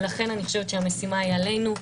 לכן אני חושבת שהמשימה היא עלינו.